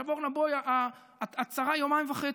עכשיו, אורנה, בואי, את שרה יומיים וחצי.